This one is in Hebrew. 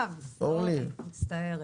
מצטערת.